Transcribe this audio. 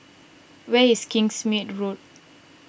where is Kingsmead Road